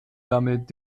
damit